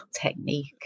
technique